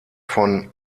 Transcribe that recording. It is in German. von